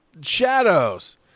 shadows